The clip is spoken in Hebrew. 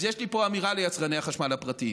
אז יש לי פה אמירה ליצרני החשמל הפרטיים: